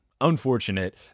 Unfortunate